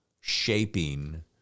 shaping